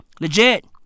Legit